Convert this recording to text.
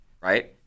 right